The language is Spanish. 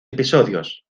episodios